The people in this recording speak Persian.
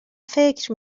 فکر